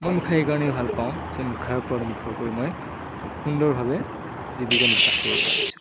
মই মুখা এইকাৰণেই ভাল পাওঁ যে মুখাৰ ওপৰত নিৰ্ভৰ কৰি মই সুন্দৰভাৱে জীৱিকা নিৰ্বাহ কৰিব পাৰিছোঁ